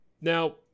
Now